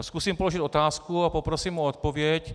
Zkusím položit otázku a poprosím o odpověď.